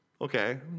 Okay